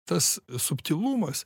tas subtilumas